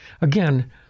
Again